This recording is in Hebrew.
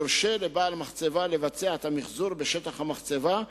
יורשה לבעל מחצבה לבצע את המיחזור בשטח המחצבה,